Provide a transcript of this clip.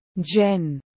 Jen